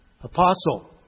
apostle